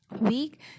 Week